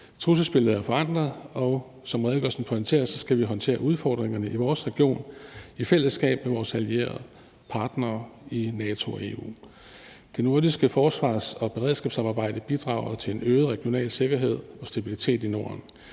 Trusselsbilledet er forandret, og som redegørelsen pointerer, skal vi håndtere udfordringerne i vores region i fællesskab med vores allierede partnere i NATO og EU. Det nordiske forsvars- og beredskabssamarbejde bidrager til en øget regional sikkerhed og stabilitet i Norden.